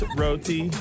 roti